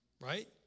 right